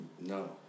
no